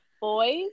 boys